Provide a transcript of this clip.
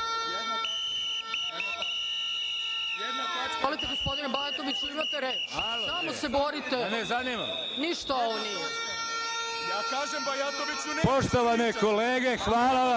hvala